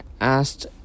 asked